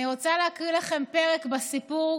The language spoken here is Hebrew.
אני רוצה להקריא לכם פרק בסיפור